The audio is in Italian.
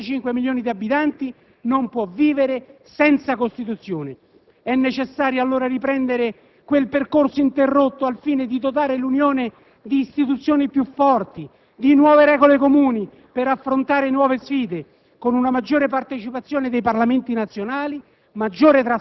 Ma un'Europa di 27 popoli e 475 milioni di abitanti non può vivere senza Costituzione. È necessario allora riprendere quel percorso interrotto al fine di dotare l'Unione di istituzioni più forti, di nuove regole comuni per affrontare nuove sfide,